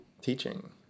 teaching